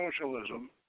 socialism